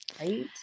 right